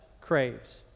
craves